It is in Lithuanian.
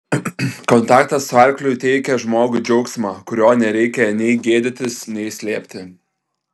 kontaktas su arkliu teikia žmogui džiaugsmą kurio nereikia nei gėdytis nei slėpti